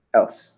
else